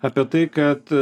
apie tai kad